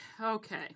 okay